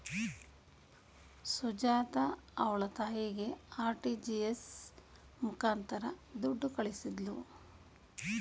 ಸುಜಾತ ಅವ್ಳ ತಾಯಿಗೆ ಆರ್.ಟಿ.ಜಿ.ಎಸ್ ಮುಖಾಂತರ ದುಡ್ಡು ಕಳಿಸಿದ್ಲು